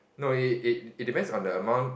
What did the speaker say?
no it it it depends on the amount